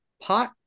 pot